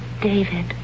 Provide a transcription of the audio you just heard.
David